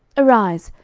arise,